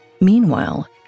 Meanwhile